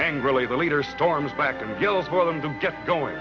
and relay the leader storms back and kill for them to get going